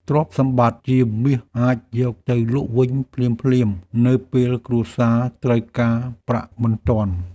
ទ្រព្យសម្បត្តិជាមាសអាចយកទៅលក់វិញភ្លាមៗ នៅពេលគ្រួសារត្រូវការប្រាក់បន្ទាន់។